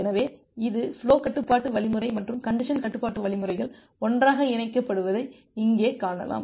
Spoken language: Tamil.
எனவே இது ஃபுலோ கட்டுப்பாட்டு வழிமுறை மற்றும் கஞ்ஜசன் கட்டுப்பாட்டு வழிமுறைகள் ஒன்றாக இணைக்கப்படுவதை இங்கே காணலாம்